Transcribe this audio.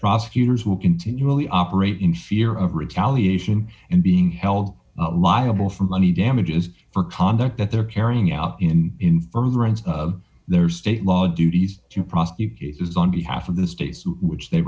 prosecutors will continually operate in fear of retaliation and being held liable for money damages for conduct that they're carrying out in in furtherance of their state law duties to prosecute cases on behalf of the state which they